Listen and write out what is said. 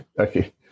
Okay